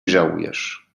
żałujesz